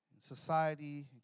society